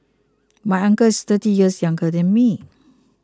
my uncle is thirty years younger than me